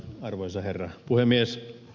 arvoisa herra puhemies